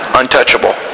untouchable